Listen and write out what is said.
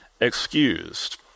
excused